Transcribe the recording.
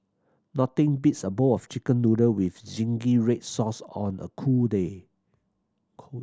nothing beats a bowl of Chicken Noodle with zingy red sauce on a cool day cool